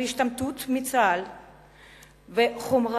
השתמטות מצה"ל וחומרנות